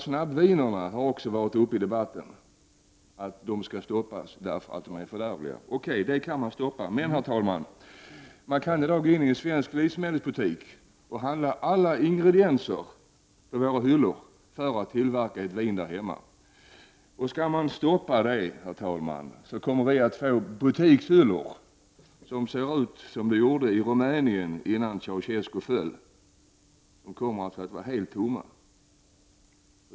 Snabbvinsatserna har också varit uppe i debatten. Det har krävts att de skulle stoppas därför att de är fördärvliga. Okej, dem kan man stoppa. Men, herr talman, man kan gå in i vilken svensk livsmedelsbutik som helst och handla alla ingredienser för att tillverka vin där hemma. Skall man stoppa detta, så kommer butikshyllorna att se ut som om de gjorde i Rumänien innan Ceausescu föll: de kommer att vara helt tomma!